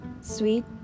Sweet